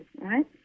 right